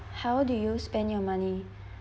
how do you spend your money